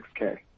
6K